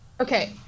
okay